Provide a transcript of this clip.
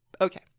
Okay